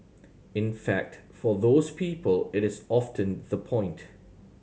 in fact for those people it is often the point